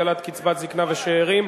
הגדלת קצבת זיקנה ושאירים),